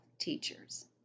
teachers